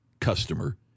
customer